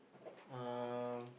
um